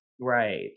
Right